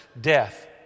death